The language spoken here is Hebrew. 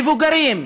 מבוגרים,